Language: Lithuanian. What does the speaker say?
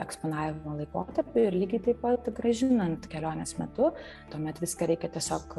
eksponavimo laikotarpiu ir lygiai taip pat grąžinant kelionės metu tuomet viską reikia tiesiog